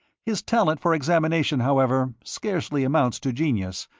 his talent for examination, however, scarcely amounts to genius,